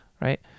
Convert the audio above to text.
right